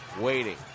waiting